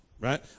right